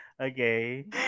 okay